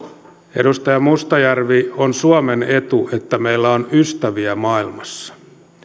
edustaja mustajärvi on suomen etu että meillä on ystäviä maailmassa